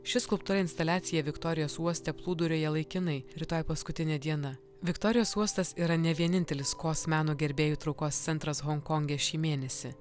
ši skulptūra instaliacija viktorijos uoste plūduriuoja laikinai rytoj paskutinė diena viktorijos uostas yra ne vienintelis kaws meno gerbėjų traukos centras honkonge šį mėnesį